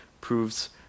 proves